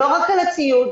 לא רק על הציוד,